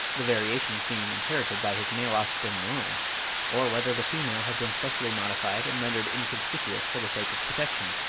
the variations being inherited by his male offspring alone or whether the female has been specially modified and rendered inconspicuous for the sake of protection,